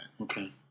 Okay